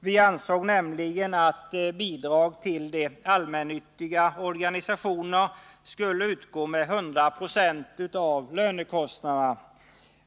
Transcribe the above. Vi ansåg nämligen att bidrag till de allmännyttiga organisationerna skulle utgå med 100 96 av lönekostnaderna.